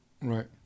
Right